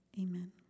amen